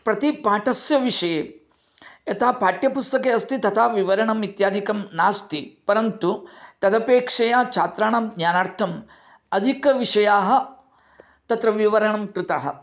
प्रति पाठस्य विषये यथा पाठ्यपुस्तके अस्ति तथा विवरणम् इत्यादिकं नास्ति परन्तु तदपेक्षया छात्राणां ज्ञानार्थम् अधिकविषयाः तत्र विवरणं कृताः